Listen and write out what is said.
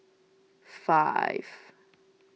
five